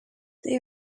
they